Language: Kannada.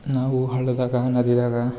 ನಾವು ಹಳ್ಳದಾಗ ನದಿಯಾಗ